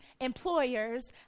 employers